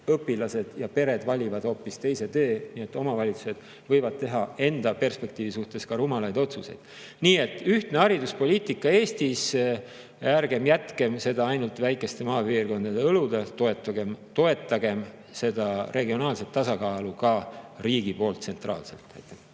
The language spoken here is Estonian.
õpilased ja pered valivad hoopis teise tee. Omavalitsused võivad teha enda perspektiivi suhtes ka rumalaid otsuseid. Nii et ühtne hariduspoliitika Eestis, ärgem jätkem seda ainult väikeste maapiirkondade õlule! Toetagem regionaalset tasakaalu ka riigi poolt tsentraalselt!